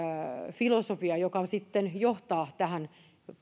filosofia joka sitten johtaa tähän